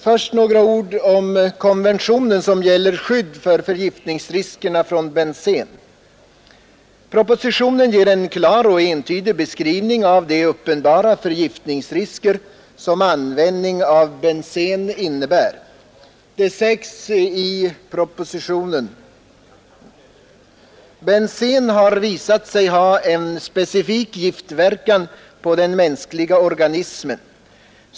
Först några ord om konventionen, som gäller skydd mot förgiftningsrisker från bensen. Propositionen ger en klar och entydig beskrivning av de uppenbara förgiftningsrisker som användning av bensen innebär. Det sägs i propositionen bl.a.: ”Bensen har visat sig ha en specifik giftverkan på den mänskliga organismen.